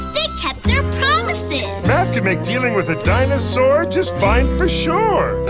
they kept their promises! math can make dealing with a dinosaur just fine for sure.